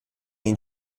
ihn